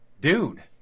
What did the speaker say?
dude